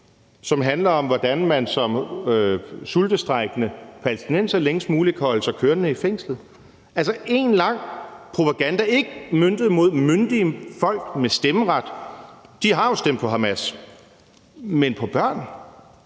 som handler om, hvordan man som sultestrejkende palæstinenser længst muligt kan holde sig kørende i fængslet. Det er altså en lang omgang propaganda, ikke møntet mod myndige folk med stemmeret – de har jo stemt på Hamas – men på børn.